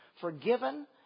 forgiven